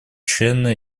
члены